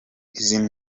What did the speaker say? izi